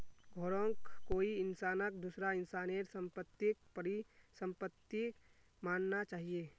घरौंक कोई इंसानक दूसरा इंसानेर सम्पत्तिक परिसम्पत्ति मानना चाहिये